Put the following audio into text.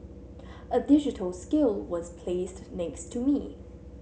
a digital scale was placed next to me